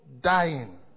dying